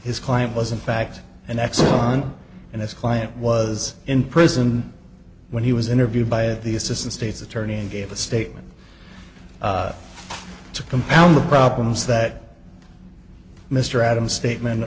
his client was in fact an excellent and its client was in prison when he was interviewed by the assistant state's attorney and gave a statement to compound the problems that mr adams statement